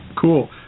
cool